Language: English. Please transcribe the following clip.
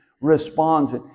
responds